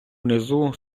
внизу